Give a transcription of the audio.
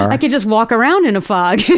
i could just walk around in a fog.